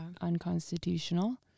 unconstitutional